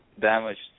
damaged